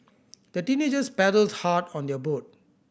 the teenagers paddled hard on their boat